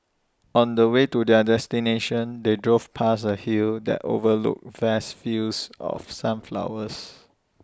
on the way to their destination they drove past A hill that overlooked vast fields of sunflowers